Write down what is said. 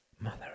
Mother